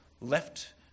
left